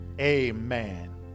amen